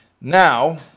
now